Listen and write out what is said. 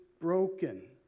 broken